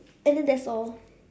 and then that's all